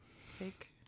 Fake